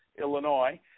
Illinois